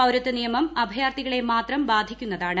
പൌരത്വനിയമം അഭയാർഥികളെ മാത്രം ബാധിക്കുന്നതാണ്